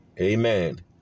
Amen